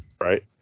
right